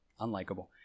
unlikable